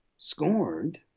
scored